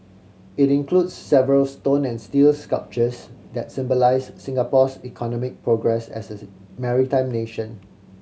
it includes several stone and steel sculptures that symbolise Singapore's economic progress as a maritime nation